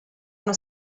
uno